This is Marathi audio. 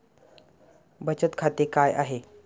बचत खाते काय आहे?